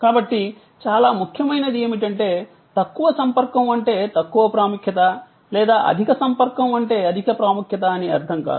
కాబట్టి చాలా ముఖ్యమైనది ఏమిటంటే తక్కువ సంపర్కం అంటే తక్కువ ప్రాముఖ్యత లేదా అధిక సంపర్కం అంటే అధిక ప్రాముఖ్యత అని అర్ధం కాదు